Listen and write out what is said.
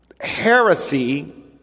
Heresy